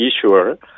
issuer